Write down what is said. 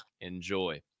Enjoy